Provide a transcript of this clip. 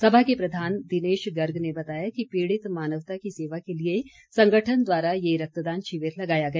सभा के प्रधान दिनेश गर्ग ने बताया कि पीड़ित मानवता की सेवा के लिए संगठन द्वारा ये रक्तदान शिविर लगाया गया